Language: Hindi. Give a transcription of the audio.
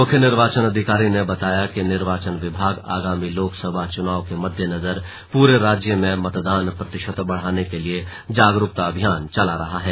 मुख्य निर्वाचन अधिकारी ने बताया कि निर्वाचन विभाग आगामी लोकसभा चुनाव के मद्देनजर पूरे राज्य में मतदान प्रतिशत बढ़ाने के लिए जागरूकता अभियान चला रहा है